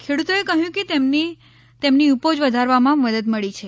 ખેડૂતોએ કહ્યું કે તેમને તેમની ઉપજ વધારવામાં મદદ મળી છે